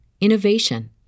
innovation